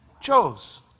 chose